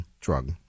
drug